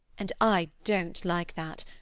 and i don't like that.